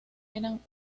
eran